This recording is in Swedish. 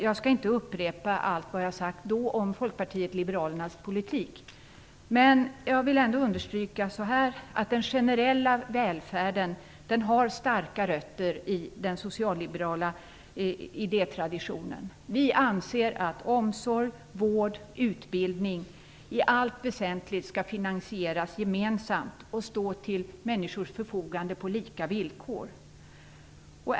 Jag skall inte upprepa allt som jag då sagt om Folkpartiet liberalernas politik. Men jag vill ändå understryka att den generella välfärden har starka rötter i den socialliberala idétraditionen. Vi anser att omsorg, vård och utbildning i allt väsentligt skall finansieras gemensamt och stå till människors förfogande på lika villkor.